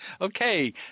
Okay